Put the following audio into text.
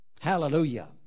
Hallelujah